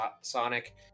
Sonic